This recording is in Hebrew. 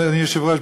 אדוני היושב-ראש,